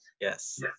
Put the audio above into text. Yes